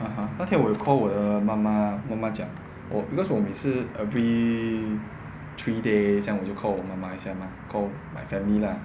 (uh huh) 那天我有 call 我的妈妈妈妈讲我 because 我每次 every three days 这样我就 call 我妈妈一下吗 call my family lah